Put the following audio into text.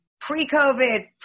pre-COVID